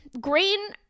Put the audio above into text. Green